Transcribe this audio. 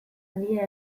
handia